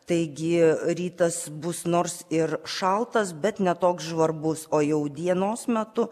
taigi rytas bus nors ir šaltas bet ne toks žvarbus jau dienos metu